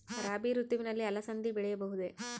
ರಾಭಿ ಋತುವಿನಲ್ಲಿ ಅಲಸಂದಿ ಬೆಳೆಯಬಹುದೆ?